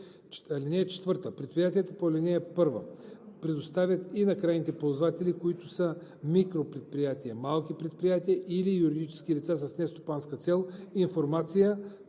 и услуги. (4) Предприятията по ал. 1 предоставят и на крайни ползватели, които са микропредприятия, малки предприятия или юридически лица с нестопанска цел, информацията